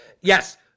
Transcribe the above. Yes